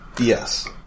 Yes